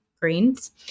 greens